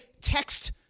text